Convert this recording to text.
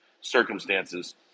circumstances